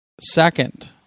Second